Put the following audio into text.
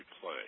play